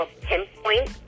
pinpoint